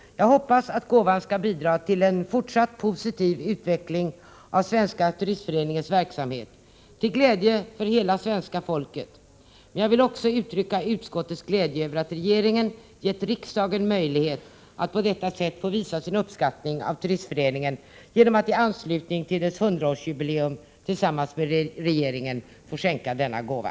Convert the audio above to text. Jag hoppas att gåvan skall bidra till en fortsatt positiv utveckling av Svenska turistföreningens verksamhet, till glädje för hela svenska folket. Men jag vill också uttrycka utskottets glädje över att regeringen gett riksdagen möjlighet att på detta sätt visa sin uppskattning för Turistföreningen genom att i anslutning till dess 100 årsjubileum tillsammans med regeringen skänka denna gåva.